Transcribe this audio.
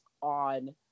on